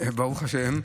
ברוך השם.